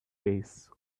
base